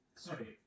Sorry